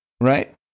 Right